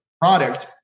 product